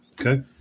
Okay